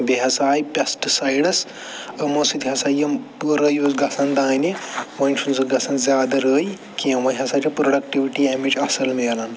بیٚیہِ ہَسا آے پٮ۪سٹٕسایڈٕس یِمو سۭتۍ ہَسا یِم پۭرٲیہِ اوس گَژھان دانہِ وَنہِ چھُنہٕ سُہ گَژھان زیادٕ رٔے کیٚنٛہہ وۄنۍ ہَسا چھِ پرٛوڈکٹوِٹی اَمِچ اَصٕل مِلان